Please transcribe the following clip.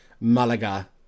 Malaga